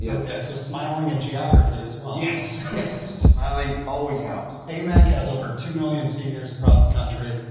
yeah okay so smiling and geography as well? yes, yes, smiling always helps. amac has over two million seniors across the country,